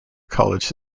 college